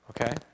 Okay